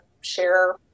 share